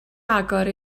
agor